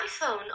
iphone